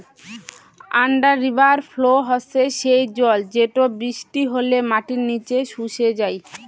under river flow হসে সেই জল যেটো বৃষ্টি হলে মাটির নিচে শুষে যাই